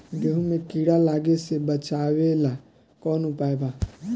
गेहूँ मे कीड़ा लागे से बचावेला कौन उपाय बा?